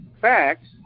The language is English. facts